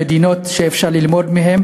אפשר ללמוד מחלק מהמדינות.